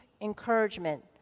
encouragement